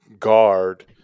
guard